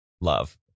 love